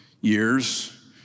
years